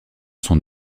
sont